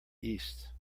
east